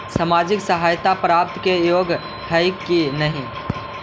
सामाजिक सहायता प्राप्त के योग्य हई कि नहीं?